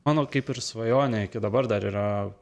mano kaip ir svajonė iki dabar dar yra